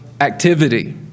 activity